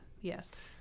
Yes